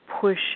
push